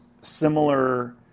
similar